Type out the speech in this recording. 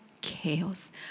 chaos